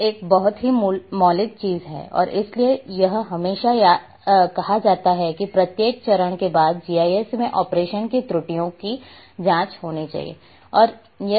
यह एक बहुत ही मौलिक चीज है और इसलिए यह हमेशा कहा जाता है कि प्रत्येक चरण के बाद जीआईएस में ऑपरेशन के त्रुटियों की जांच होनी चाहिए